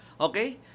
Okay